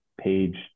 page